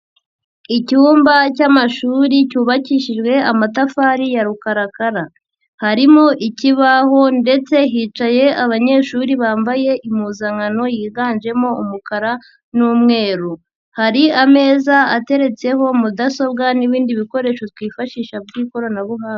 Icyumba cy'amashuri cyubakishijwe amatafari ya rukarakara harimo ikibaho ndetse hicaye abanyeshuri bambaye impuzankano yiganjemo umukara n'umweru hari ameza ateretseho mudasobwa n'ibindi bikoresho twifashisha by'ikoranabuhanga.